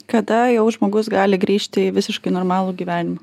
kada jau žmogus gali grįžti į visiškai normalų gyvenimą